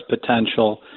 potential